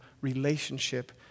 relationship